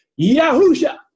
Yahusha